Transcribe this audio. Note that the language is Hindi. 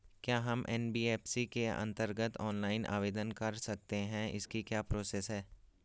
क्या हम एन.बी.एफ.सी के अन्तर्गत ऑनलाइन आवेदन कर सकते हैं इसकी क्या प्रोसेस है?